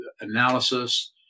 analysis